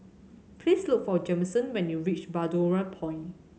please look for Jameson when you reach Balmoral Point